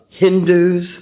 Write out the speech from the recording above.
Hindus